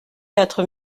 quatre